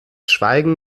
schweigen